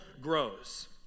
grows